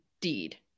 deed